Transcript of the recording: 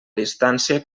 distància